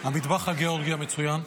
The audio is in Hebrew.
המטבח הגאורגי המצוין.